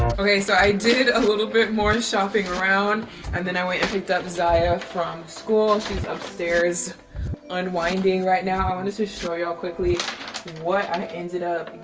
okay so i did a little bit more shopping around and then i went and picked up zaja from school. she's upstairs unwinding right now. i want to to show you all quickly what i ended up